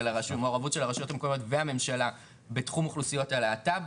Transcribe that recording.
המעורבות של הרשויות המקומיות והממשלה בתחום אוכלוסיות הלהט"ב,